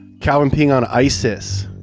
calvin peeing on isis.